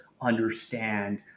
understand